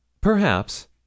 Perhaps